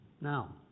Now